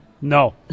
No